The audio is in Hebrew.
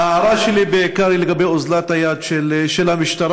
ההערה שלי היא בעיקר לגבי אוזלת היד של המשטרה,